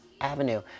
Avenue